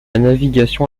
navigation